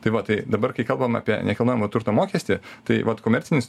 tai va tai dabar kai kalbam apie nekilnojamo turto mokestį tai vat komercinis